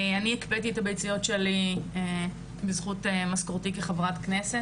אני הקפאתי את הביציות שלי בזכות משכורתי כחברת כנסת,